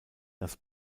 das